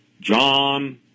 John